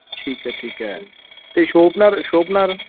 ਠੀਕ ਹੈ ਠੀਕ ਹੈ ਅਤੇ ਸ਼ੋਪਨਰ ਸ਼ੋਪਨਰ